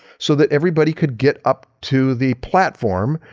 so that everybody could get up to the platform.